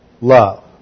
love